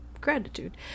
gratitude